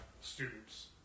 students